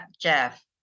Jeff